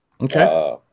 Okay